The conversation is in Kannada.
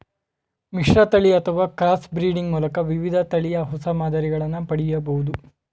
ಮಿಶ್ರತಳಿ ಅಥವಾ ಕ್ರಾಸ್ ಬ್ರೀಡಿಂಗ್ ಮೂಲಕ ವಿವಿಧ ತಳಿಯ ಹೊಸ ಮಾದರಿಗಳನ್ನು ಪಡೆಯಬೋದು